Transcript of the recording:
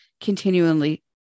continually